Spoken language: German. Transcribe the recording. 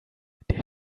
der